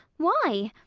why?